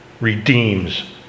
Redeems